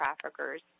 traffickers